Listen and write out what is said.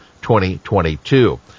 2022